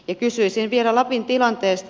ja kysyisin vielä lapin tilanteesta